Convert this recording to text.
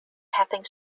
having